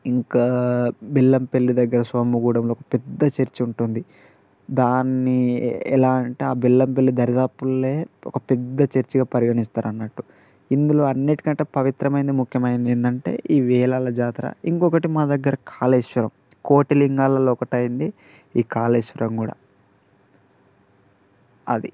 ఇంకా బెల్లంపల్లి దగ్గర సోముగూడెంలో ఒక పెద్ద చర్చి ఉంటుంది దాన్ని ఎలా అంటే ఆ బెల్లంపల్లి దరిదాపులే ఒక పెద్ద చర్చిగా పరిగణిస్తారు అన్నట్టు ఇందులో అన్నిటికంటే పవిత్రమైనది ముఖ్యమైనది ఏంది అంటే ఈ వేలాల జాతర ఇంకొకటి మా దగ్గర కాలేశ్వరం కోటిలింగాలలో ఒకటైంది ఈ కాలేశ్వరం కూడా అది